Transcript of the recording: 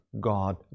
God